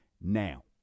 now